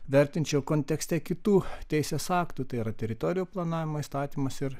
vertinčiau kontekste kitų teisės aktų tai yra teritorijų planavimo įstatymas ir